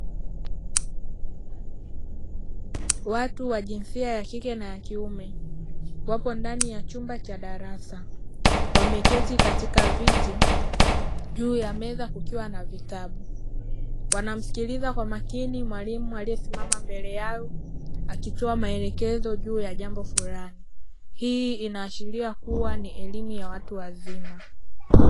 Watu wa jinsia ya kike na ya kiume wapo ndani ya chumba cha darasa, wameketi katika viti, juu ya meza kukiwa na vitabu. Wanamsikiliza kwa makini mwalimu aliyesimama mbele yao akitoa maelekezo juu ya jambo fulani, hii inaashiria kuwa ni elimu ya watu wazima.